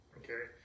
okay